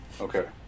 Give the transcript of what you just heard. Okay